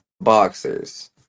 boxers